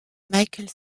michael